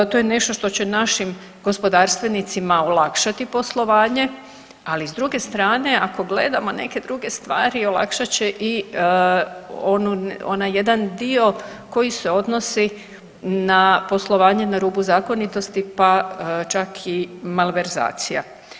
To je nešto što će našim gospodarstvenicima olakšati poslovanje, ali s druge strane ako gledamo neke druge stvari olakšat će i onaj jedan dio koji se odnosi na poslovanje na rubu zakonitosti, pa čak i malverzacija.